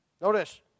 Notice